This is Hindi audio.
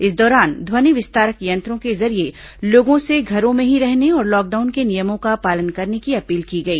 इस दौरान ध्वनि विस्तारक यंत्रों के जरिए लोगों से घरों में ही रहने और लॉकडाउन के नियमों का पालन करने की अपील की गई